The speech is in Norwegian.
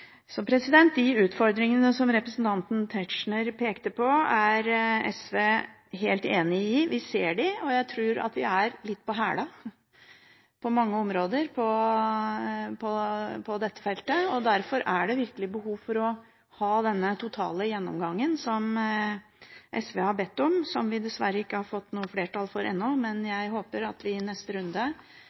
de utfordringene som representanten Tetzschner pekte på, er SV helt enig i. Vi ser dem, og jeg tror vi er litt «på hæla» på mange områder på dette feltet. Derfor er det virkelig behov for å ha denne totale gjennomgangen som SV har bedt om, som vi dessverre ikke har fått noe flertall for ennå, men jeg håper at vi i neste runde